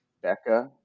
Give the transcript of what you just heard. becca